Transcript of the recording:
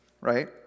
right